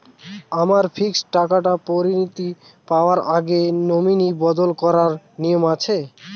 আমার ফিক্সড টাকা পরিনতি পাওয়ার আগে নমিনি বদল করার নিয়ম আছে?